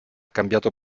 cambiato